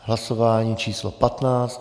Hlasování číslo 15.